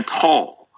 tall